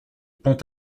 pont